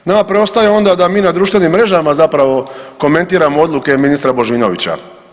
Nama preostaje onda da mi na društvenim mrežama zapravo komentiramo odluke ministra Božinovića.